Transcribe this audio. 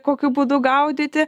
kokiu būdu gaudyti